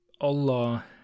Allah